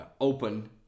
open